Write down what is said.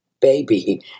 baby